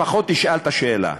לפחות תשאל את השאלה,